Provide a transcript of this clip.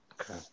Okay